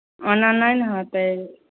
ओना नहि ने होतै